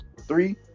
three